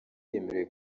yemerewe